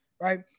right